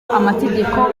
amategeko